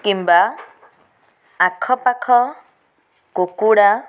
କିମ୍ବା ଆଖପାଖ କୁକୁଡ଼ା